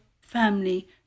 family